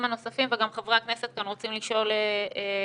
הנוספים וגם חברי הכנסת כאן רוצים לשאול שאלה,